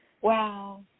Wow